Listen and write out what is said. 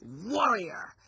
Warrior